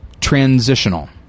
transitional